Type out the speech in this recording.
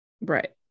Right